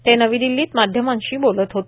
ते नवी दिल्लीत माध्यमांशी बोलत होते